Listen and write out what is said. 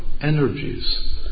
energies